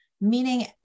Meaning